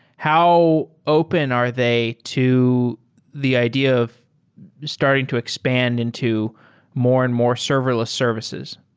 how open are they to the idea of starting to expand into more and more serverless services?